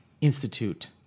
Institute